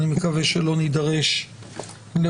אני מקווה שלא נידרש לעוד